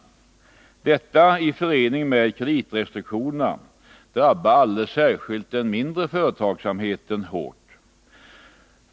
Detta i förening med kreditrestriktionerna drabbar den mindre företagsamheten särskilt hårt.